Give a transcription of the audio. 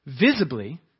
Visibly